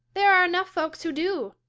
there are enough folks who do.